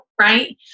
right